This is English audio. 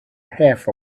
half